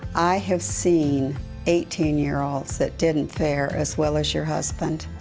i have seen eighteen year olds that didn't fare as well as your husband.